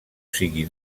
sigui